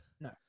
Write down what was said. no